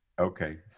Okay